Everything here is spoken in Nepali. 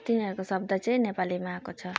तिनीहरूको शब्द चाहिँ नेपालीमा आएको छ